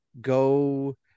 go